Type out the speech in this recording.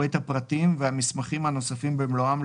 או את הפרטים והמסמכים הנוספים במלואם,